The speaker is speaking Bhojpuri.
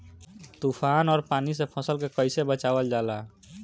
तुफान और पानी से फसल के कईसे बचावल जाला?